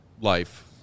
life